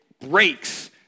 breaks